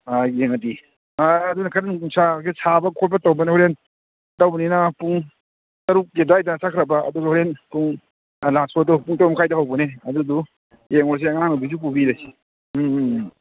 ꯑꯪ ꯌꯦꯡꯉꯗꯤ ꯀꯩꯅꯣ ꯅꯨꯡꯁꯥ ꯀꯩꯀꯩ ꯁꯥꯕ ꯈꯣꯠꯄ ꯇꯧꯗꯅꯕ ꯍꯣꯔꯦꯟ ꯇꯧꯕꯅꯤꯅ ꯄꯨꯡ ꯇꯔꯨꯛꯀꯤ ꯑꯗꯥꯏꯗ ꯆꯠꯈ꯭ꯔꯕ ꯑꯗꯨ ꯍꯣꯔꯦꯟ ꯄꯨꯡ ꯂꯥꯁ ꯁꯣꯗꯨ ꯄꯨꯡ ꯇꯔꯨꯛ ꯃꯈꯥꯏꯗꯒꯤ ꯍꯧꯕꯅꯦ ꯑꯗꯨꯗꯣ ꯌꯦꯡꯉꯨꯁꯦ ꯑꯉꯥꯡ ꯅꯨꯕꯤꯗꯨ ꯄꯨꯕꯤꯔꯁꯤ ꯎꯝ